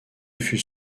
fut